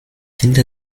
hinter